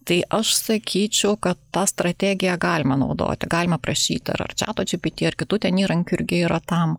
tai aš sakyčiau kad tą strategiją galima naudoti galima prašyti ar ar čato džpity ar kitų ten įrankių irgi yra tam